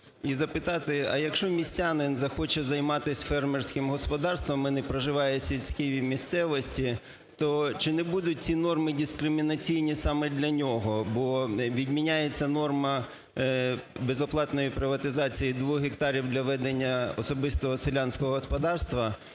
і запитати: а якщо містянин захоче займатись фермерським господарством і не проживає в сільській місцевості, то чи не будуть ці норми дискримінаційні саме для нього, бо відміняється норма безоплатної приватизації двох гектарів для ведення особистого селянського господарства,